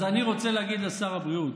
אז אני רוצה להגיד לשר הבריאות,